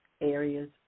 areas